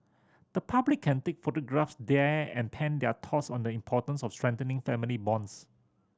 the public can take photographs there and pen their thoughts on the importance of strengthening family bonds